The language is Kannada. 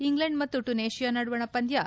ಇಂಗ್ಲೆಂಡ್ ಮತ್ತು ಟುನೇಷಿಯಾ ನಡುವಣ ಪಂದ್ಕ ಎಚ್